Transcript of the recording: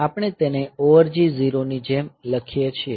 આપણે તેને ORG 0 ની જેમ લખીએ છીએ